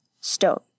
stone